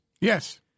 Yes